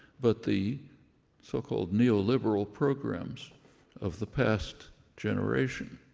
but the so-called neoliberal programs of the past generation,